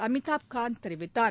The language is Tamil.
அமிதாப் காந்த் தெரிவித்தார்